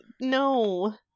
no